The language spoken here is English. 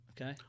Okay